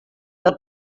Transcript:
del